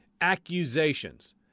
accusations